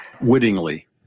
Wittingly